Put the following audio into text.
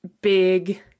big